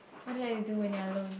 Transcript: what do you do when you're alone